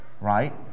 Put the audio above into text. right